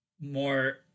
more